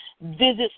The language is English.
visits